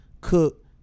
cook